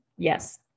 Yes